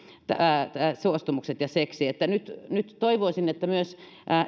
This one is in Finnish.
väliset suostumukset ja seksi nyt nyt toivoisin että myös